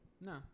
No